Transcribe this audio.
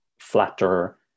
flatter